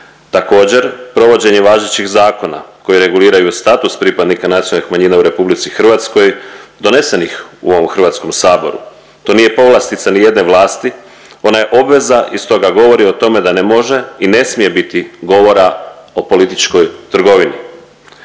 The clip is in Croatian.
Također provođenje važećih zakona koji reguliraju status pripadnika nacionalnih manjina u RH donesenih u ovom HS, to nije povlastica nijedne vlasti, ona je obveza i stoga govori o tome da ne može i ne smije biti govora o političkoj trgovini.